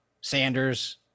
Sanders